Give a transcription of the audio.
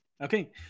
Okay